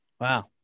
Wow